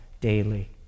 daily